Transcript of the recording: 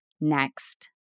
next